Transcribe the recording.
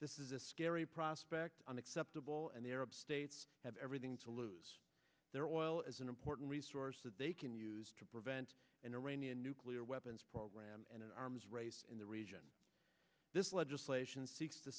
this is a scary prospect unacceptable and the arab states have everything to lose their oil is an important resource that they can use to prevent an iranian nuclear weapons program and an arms race in the region this legislation s